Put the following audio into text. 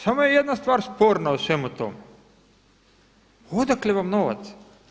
Samo je jedna stvar sporna u svemu tome odakle vam novac?